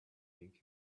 think